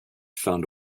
found